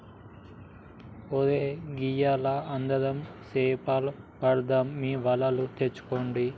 ఒరై గియ్యాల అందరం సేపలు పడదాం మీ వలలు తెచ్చుకోండి